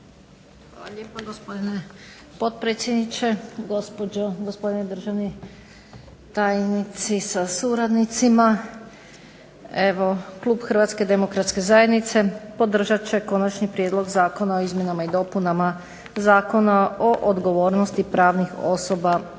Hvala lijepa, gospodine potpredsjedniče. Gospodo državni tajnici sa suradnicima. Klub Hrvatske demokratske zajednice podržat će Konačni prijedlog zakona o izmjenama i dopunama Zakona o odgovornosti pravnih osoba